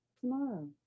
Tomorrow